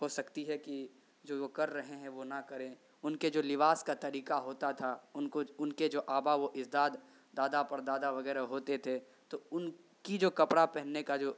ہو سکتی ہے کہ جو وہ کر رہے ہیں وہ نہ کریں ان کے جو لباس کا طریقہ ہوتا تھا ان کو ان کے جو آباء و اجداد دادا پر دادا وغیرہ ہوتے تھے تو ان کی جو کپڑا پہننے کا جو